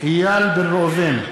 איל בן ראובן,